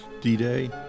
D-Day